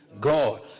God